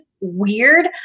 weird